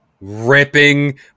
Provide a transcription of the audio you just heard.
ripping